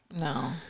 no